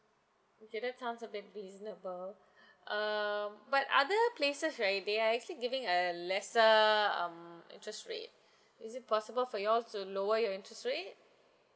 okay that sounds a bit reasonable err but other places right they are actually giving a lesser um interest rate is it possible for you all to lower your interest rate